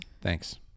Thanks